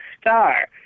Star